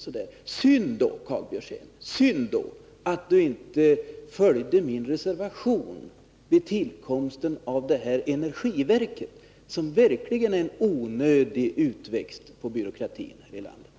Synd då att inte Karl Björzén följde min reservation vid tillkomsten av energiverket, som verkligen är en onödig utväxt på byråkratin här i landet.